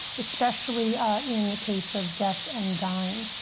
especially in the case of death and dying.